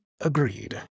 agreed